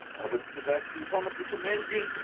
albert sebastian thomason commands you ah,